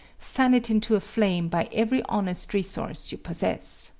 fan it into a flame by every honest resource you possess.